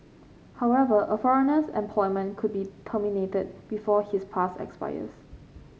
however a foreigner's employment could be terminated before his pass expires